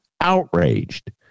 outraged